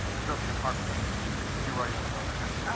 i drove to your apartment, but you were already on the road, i guess.